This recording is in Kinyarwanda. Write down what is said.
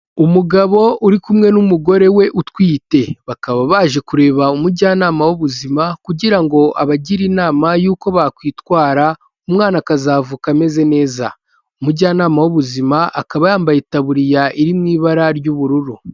Umugabo uri kumwe n'umugore we utwite, bakaba baje kureba umujyanama w'ubuzima kugira ngo abagire inama y'uko bakwitwara umwana akazavuka ameze neza, umujyanama w'ubuzima akaba yambaye itaburiya iri mu ibara ry'ubururu.